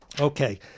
Okay